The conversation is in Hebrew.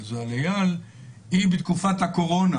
גזל איל היא בתקופת הקורונה.